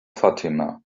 fatima